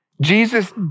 Jesus